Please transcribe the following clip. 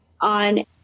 on